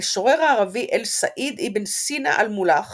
המשורר הערבי אל-סעיד אבן סינא אלמולך